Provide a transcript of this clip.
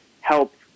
help